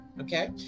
okay